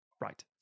Right